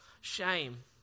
shame